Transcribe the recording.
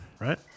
right